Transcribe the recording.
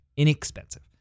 inexpensive